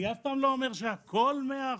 אני אף פעם לא אומר שהכול מאה אחוז.